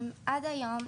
עד היום,